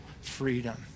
freedom